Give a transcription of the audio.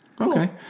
okay